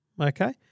okay